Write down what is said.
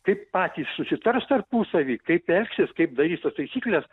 kaip patys susitars tarpusavy kaip elgsis kaip darys tas taisykles